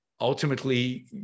ultimately